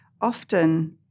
often